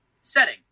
Setting